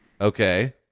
okay